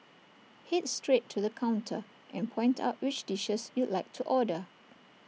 Head straight to the counter and point out which dishes you'd like to order